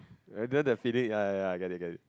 rather than feeling ya ya ya I get it get it